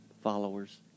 followers